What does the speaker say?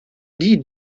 die